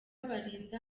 balinda